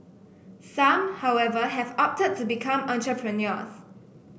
some however have opted to become entrepreneurs